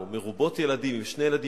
או מרובות ילדים עם שני ילדים,